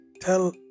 Tell